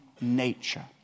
nature